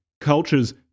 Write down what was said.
cultures